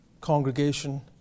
congregation